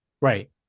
Right